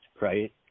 right